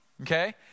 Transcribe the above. Okay